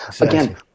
Again